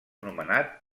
nomenat